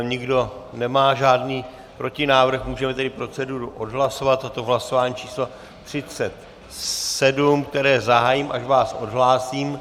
Nikdo nemá žádný protinávrh, můžeme tedy proceduru odhlasovat, a to v hlasování pořadové číslo 37, které zahájím, až vás odhlásím.